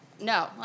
No